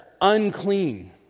unclean